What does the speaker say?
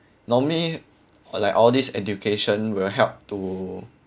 normally uh like all this education will help to